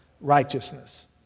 righteousness